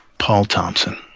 paul thompson